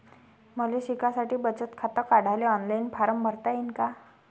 मले शिकासाठी बचत खात काढाले ऑनलाईन फारम भरता येईन का?